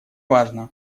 важно